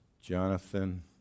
Jonathan